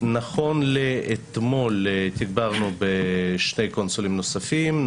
נכון לאתמול תגברנו בשני קונסולים נוספים,